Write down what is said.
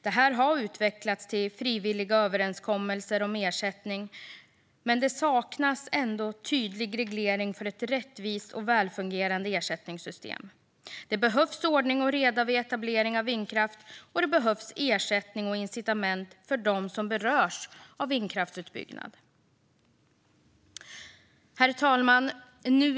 Det har utvecklats till frivilliga överenskommelser om ersättning, men det saknas en tydlig reglering för ett rättvist och välfungerande ersättningssystem. Det behövs ordning och reda vid etablering av vindkraft, och det behövs ersättning och incitament för dem som berörs av vindkraftsutbyggnad. Herr talman!